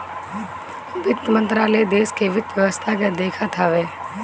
वित्त मंत्रालय देस के वित्त व्यवस्था के देखत हवे